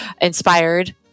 inspired